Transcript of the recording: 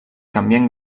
canvien